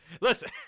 listen